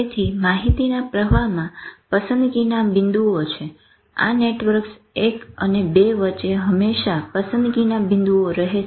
તેથી માહિતીના પ્રવાહમાં પસંદગીના બિંદુઓ છે આ નેટવર્કસ 1 અને 2 વચ્ચે પણ હંમેશા પસંદગીના બિંદુઓ રહે છે